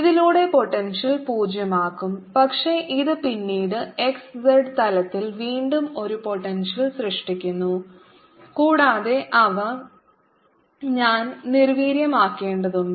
ഇതിലൂടെ പൊട്ടെൻഷ്യൽ പൂജ്യമാക്കും പക്ഷേ ഇത് പിന്നീട് xz തലത്തിൽ വീണ്ടും ഒരു പൊട്ടെൻഷ്യൽ സൃഷ്ടിക്കുന്നു കൂടാതെ അവ ഞാൻ നിർവീര്യമാക്കേണ്ടതുണ്ട്